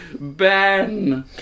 Ben